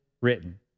written